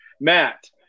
Matt